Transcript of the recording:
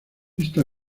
esta